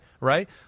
right